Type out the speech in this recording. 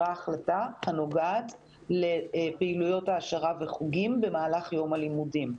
שנוגעת לפעילויות העשרה וחוגים במהלך יום הלימודים.